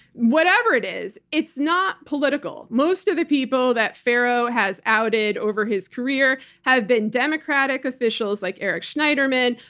whatever it is, it's not political. most of the people that farrow has outed over his career have been democratic officials like eric schneiderman,